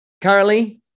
currently